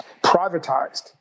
Privatized